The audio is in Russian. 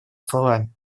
словами